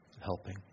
helping